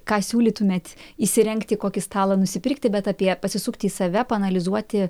ką siūlytumėt įsirengti kokį stalą nusipirkti bet apie pasisukti į save paanalizuoti